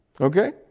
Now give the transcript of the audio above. Okay